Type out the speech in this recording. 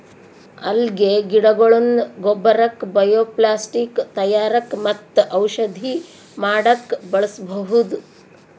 ಅಲ್ಗೆ ಗಿಡಗೊಳ್ನ ಗೊಬ್ಬರಕ್ಕ್ ಬಯೊಪ್ಲಾಸ್ಟಿಕ್ ತಯಾರಕ್ಕ್ ಮತ್ತ್ ಔಷಧಿ ಮಾಡಕ್ಕ್ ಬಳಸ್ಬಹುದ್